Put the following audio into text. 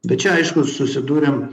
bet čia aišku susidūrėm